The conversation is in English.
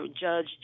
judge